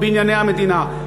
בענייני המדינה.